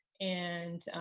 and